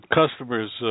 customers